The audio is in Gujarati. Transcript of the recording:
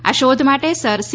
આ શોધ માટે સર સી